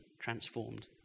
transformed